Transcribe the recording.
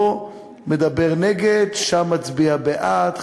פה מדבר נגד, שם מצביע בעד.